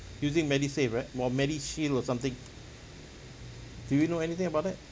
using medisave right or medishield or something do you know anything about that